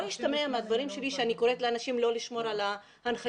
אני לא רוצה שישתמע מדבריי שאני קוראת לאנשים לא לשמור על ההנחיות.